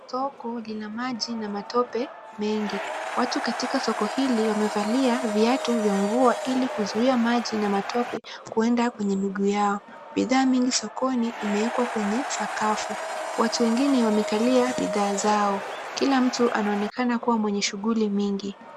Soko lina maji na matope mengi. Watu katika soko hili wamevalia viatu vya mvua ili kuzia maji na matope kuenda kwa miguu yao. Bidhaa nyingi sokoni imewekwa kwa sakafu. Watu wengine wamekalia bidhaa zao. Kila mtu anaonekana kuwa mwenye shughuli mingi.